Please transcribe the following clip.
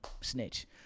snitch